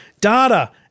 data